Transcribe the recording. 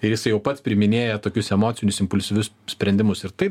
ir jisai jau pats priiminėja tokius emocinius impulsyvius sprendimus ir tai